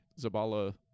Zabala